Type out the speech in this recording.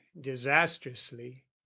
disastrously